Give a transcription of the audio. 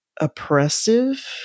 oppressive